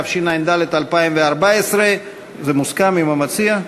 התשע"ד 2014. זה מוסכם עם המציע?